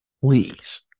Please